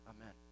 Amen